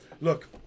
Look